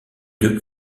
deux